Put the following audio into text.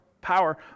power